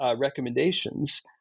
recommendations